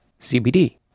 CBD